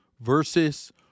versus